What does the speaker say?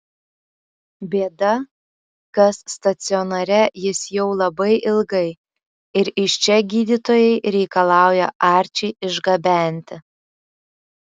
bėda kas stacionare jis jau labai ilgai ir iš čia gydytojai reikalauja arčį išgabenti